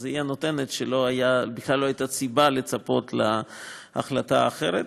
אז היא הנותנת בכלל לא הייתה סיבה לצפות להחלטה אחרת,